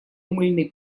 мыльной